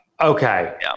Okay